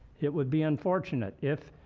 it would be unfortunate if,